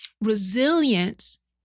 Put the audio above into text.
Resilience